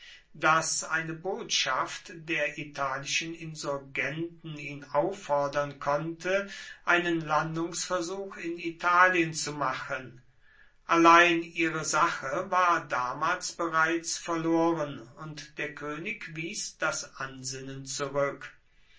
daß eine botschaft der italischen insurgenten ihn auffordern konnte einen landungsversuch in italien zu machen allein ihre sache war damals bereits verloren und der könig wies das ansinnen zurück